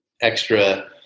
extra